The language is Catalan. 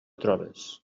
trobes